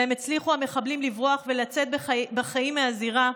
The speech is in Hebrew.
שבהם הצליחו המחבלים לברוח ולצאת בחיים מהזירה,